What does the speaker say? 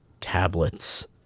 tablets